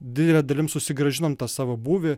didele dalim susigrąžinom tą savo būvį